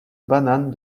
bananes